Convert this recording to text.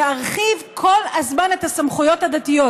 להרחיב כל הזמן את הסמכויות הדתיות